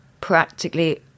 practically